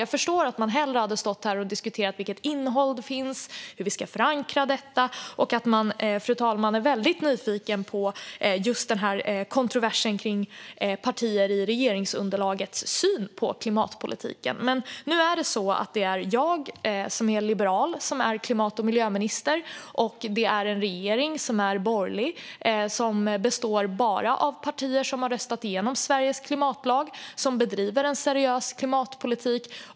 Jag förstår att ledamöterna hellre hade stått här och diskuterat vilket innehåll som finns och hur vi ska förankra detta, fru talman, och att ledamöterna är väldigt nyfikna på kontroversen när det gäller den syn som partier i regeringsunderlaget har på klimatpolitiken. Nu är det dock så att det är jag, som är liberal, som är klimat och miljöminister. Detta är en regering som är borgerlig, som enbart består av partier som har röstat igenom Sveriges klimatlag och som bedriver en seriös klimatpolitik.